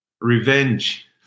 Revenge